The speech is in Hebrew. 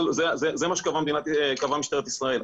זה מה שקבעה משטרת ישראל,